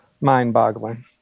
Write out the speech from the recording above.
mind-boggling